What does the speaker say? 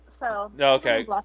Okay